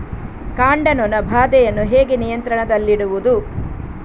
ಕಾಂಡ ನೊಣ ಬಾಧೆಯನ್ನು ಹೇಗೆ ನಿಯಂತ್ರಣದಲ್ಲಿಡುವುದು?